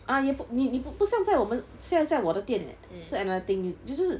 uh 也不你不不像在我们现在我的店 leh 是 another thing 就是